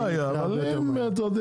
אין בעיה, אבל אם, אתה יודע